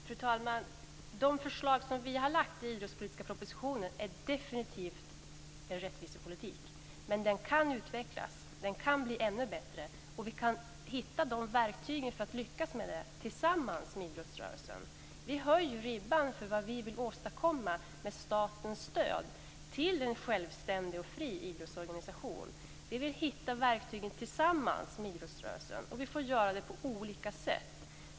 Fru talman! De förslag som vi har lagt fram i den idrottspolitiska propositionen är definitivt en rättvisepolitik. Men denna kan utvecklas och bli ännu bättre. Vi kan tillsammans med idrottsrörelsen hitta verktygen för att lyckas med det. Vi höjer ribban för vad vi vill åstadkomma med statens stöd till en självständig och fri idrottsorganisation. Vi vill hitta dessa verktyg tillsammans med idrottsrörelsen, och vi får göra det på olika sätt.